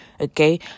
okay